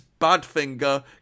Badfinger